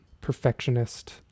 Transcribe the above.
perfectionist